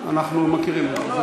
אנחנו מכירים את זה,